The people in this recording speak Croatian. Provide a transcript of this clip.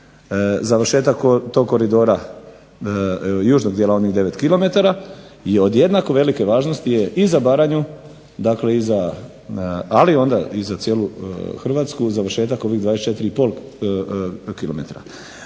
završetak tog koridora, južnog dijela onih 9 km i od velike važnosti je i za Baranju i za ali onda za cijelu Hrvatsku ovih završetak 24,5 km.